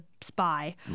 spy